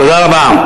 תודה רבה.